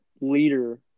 leader